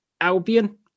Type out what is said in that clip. Albion